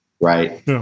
Right